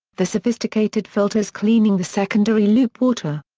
the sophisticated filters cleaning the secondary loop water.